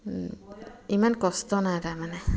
ইমান কষ্ট নাই তাৰমানে